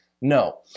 No